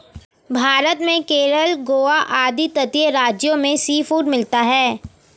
भारत में केरल गोवा आदि तटीय राज्यों में सीफूड मिलता है